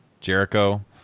Jericho